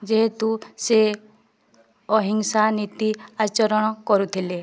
ଯେହେତୁ ସେ ଅହିଂସା ନୀତି ଆଚରଣ କରୁଥିଲେ